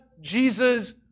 Jesus